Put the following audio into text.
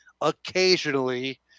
occasionally